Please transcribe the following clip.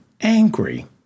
angry